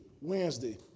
Wednesday